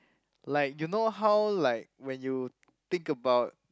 like you know how like when you think about